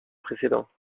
précédents